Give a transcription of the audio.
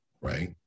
Right